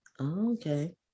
Okay